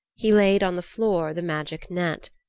he laid on the floor the magic net.